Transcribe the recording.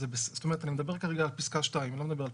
אני מדבר כרגע על פסקה (2).